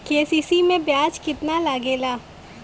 KCC में ब्याज कितना लागेला?